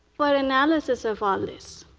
but analysis of all this,